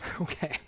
Okay